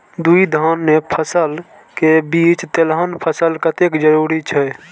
दू धान्य फसल के बीच तेलहन फसल कतेक जरूरी छे?